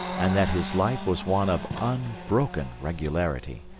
and that his life was one of unbroken regularity,